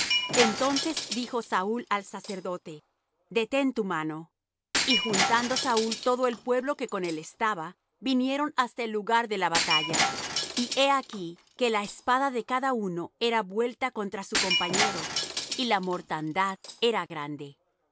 entonces dijo saúl al sacerdote detén tu mano y juntando saúl todo el pueblo que con él estaba vinieron hasta el lugar de la batalla y he aquí que la espada de cada uno era vuelta contra su compañero y la mortandad era grande